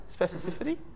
Specificity